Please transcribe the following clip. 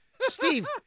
Steve